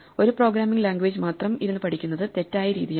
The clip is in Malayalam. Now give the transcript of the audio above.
ഒരു പ്രോഗ്രാമിങ് ലാംഗ്വേജ് മാത്രം ഇരുന്നു പഠിക്കുന്നത് തെറ്റായ രീതിയാണ്